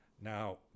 Now